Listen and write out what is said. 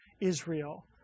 Israel